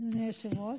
אדוני היושב-ראש,